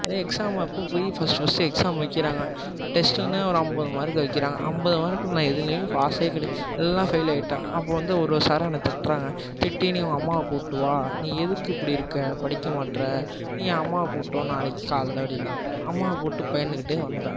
exam அப்போ போய் first first exam வைக்கிறாங்க டெஸ்ட்டுன்னு ஒரு ஐம்பது மார்க்கு வைக்கிறாங்க ஐம்பது மார்க்கு நான் எதுலையுமே பாஸ்ஸே கிடையாது எல்லாம் ஃபெயில் ஆயிட்டேன் அப்போ வந்து ஒருவொரு சாரும் என்ன திட்டுறாங்க திட்டி நீ உன் அம்மாவை கூப்பிட்டு வா நீ எதுக்கு இப்படி இருக்க படிக்க மாட்டுற நீ அம்மாவை கூப்பிட்டு வா நாளைக்கு காலைல அப்படின்னாங்க அம்மாவை கூப்பிட்டு பயந்துக்கிட்டே வந்தேன்